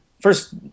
first